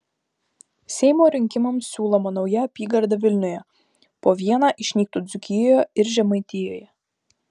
seimo rinkimams siūloma nauja apygarda vilniuje po vieną išnyktų dzūkijoje ir žemaitijoje